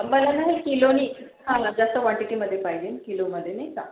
मला ना किलोनी हा मॅम जास्त क्वांटिटीमध्ये पाहिजेल किलोमध्ये नाही का